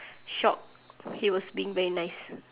shocked he was being very nice